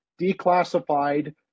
declassified